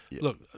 look